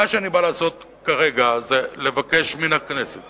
מה שאני בא לעשות כרגע זה לבקש מהכנסת